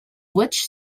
which